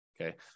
okay